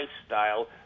lifestyle